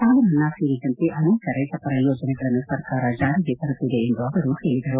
ಸಾಲಮನ್ನಾ ಸೇರಿದಂತೆ ಅನೇಕ ರೈತಪರ ಯೋಜನೆಗಳನ್ನು ಸರ್ಕಾರ ಜಾರಿಗೆ ತರುತ್ತಿದೆ ಎಂದು ಅವರು ಪೇಳದರು